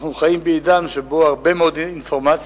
אנחנו חיים בעידן שבו הרבה מאוד אינפורמציה,